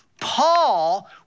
Paul